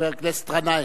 חבר הכנסת גנאים.